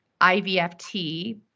IVFT